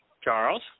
Charles